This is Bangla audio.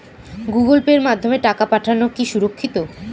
গুগোল পের মাধ্যমে টাকা পাঠানোকে সুরক্ষিত?